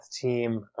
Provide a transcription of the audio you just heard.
team